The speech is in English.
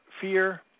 fear